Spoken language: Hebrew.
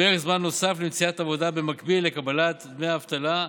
פרק זמן נוסף למציאת עבודה במקביל לקבלת דמי אבטלה,